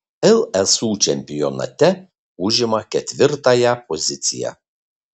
lsu čempionate užima ketvirtąją poziciją